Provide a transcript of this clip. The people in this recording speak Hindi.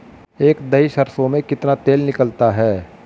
एक दही सरसों में कितना तेल निकलता है?